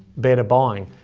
better buying.